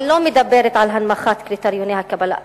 אני לא מדברת על הנמכת קריטריוני הקבלה.